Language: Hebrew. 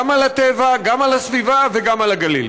גם על הטבע, גם על הסביבה וגם על הגליל.